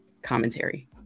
commentary